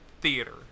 theater